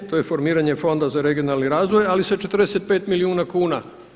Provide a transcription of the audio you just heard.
To je formiranje Fonda za regionalni razvoj, ali sa 45 milijuna kuna.